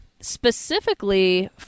Specifically